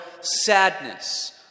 sadness